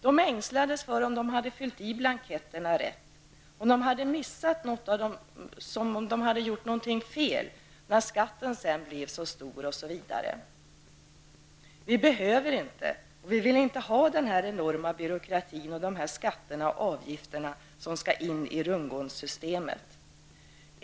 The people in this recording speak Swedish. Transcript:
De ängslades för om de hade fyllt i blanketterna rätt; om de hade missat något, om de gjort fel när skatten blev så stor osv. Vi behöver inte och vill inte ha denna enorma byråkrati och dessa skatter och avgifter som skall in i rundgångssystemet.